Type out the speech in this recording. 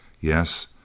Yes